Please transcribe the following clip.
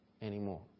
anymore